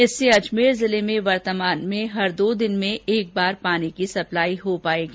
इससे अजमेर में वर्तमान में हर दो दिन में एक बार पानी की सप्लाई हो पायेगी